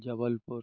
Jabalpur